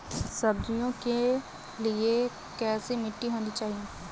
सब्जियों के लिए कैसी मिट्टी होनी चाहिए?